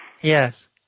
Yes